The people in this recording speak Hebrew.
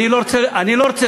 על מה?